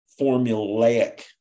formulaic